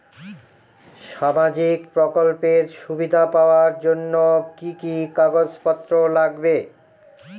সামাজিক প্রকল্পের সুবিধা পাওয়ার জন্য কি কি কাগজ পত্র লাগবে?